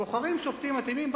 בוחרים שופטים מתאימים.